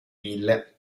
mille